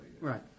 Right